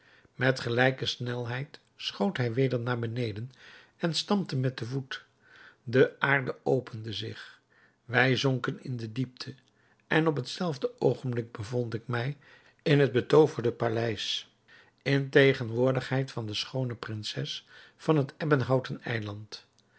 met gelijke snelheid schoot hij weder naar beneden en stampte met den voet de aarde opende zich wij zonken in de diepte en op hetzelfde oogenblik bevond ik mij in het betooverde paleis in tegenwoordigheid van de schoone prinses van het ebbenhouten eiland